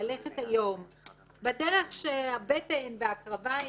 ללכת היום בדרך שהבטן והקרביים,